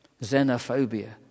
xenophobia